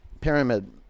pyramid